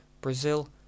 Brazil